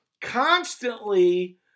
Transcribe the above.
constantly